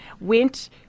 went